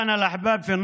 (אומר דברים בשפה הערבית,